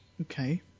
Okay